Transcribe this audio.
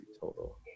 total